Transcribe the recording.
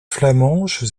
flamenche